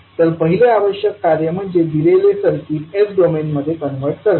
तर पहिले आवश्यक कार्य म्हणजे दिलेले सर्किट s डोमेनमध्ये कन्वर्ट करणे